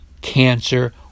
cancer